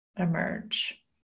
emerge